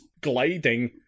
gliding